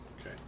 Okay